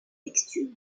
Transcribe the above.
texture